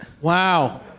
Wow